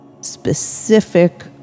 specific